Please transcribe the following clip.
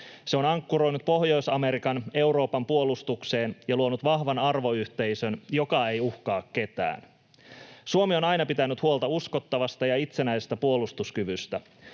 Se on ankkuroinut Pohjois-Amerikan Euroopan puolustukseen ja luonut vahvan arvoyhteisön, joka ei uhkaa ketään. Suomi on aina pitänyt huolta uskottavasta ja itsenäisestä puolustuskyvystä.